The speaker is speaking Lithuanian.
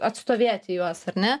atstovėti juos ar ne